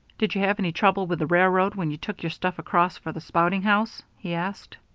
did you have any trouble with the railroad when you took your stuff across for the spouting house? he asked.